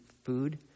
Food